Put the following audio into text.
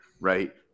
right